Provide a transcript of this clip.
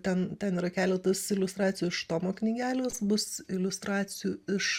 ten ten yra keletas iliustracijų iš tomo knygelės bus iliustracijų iš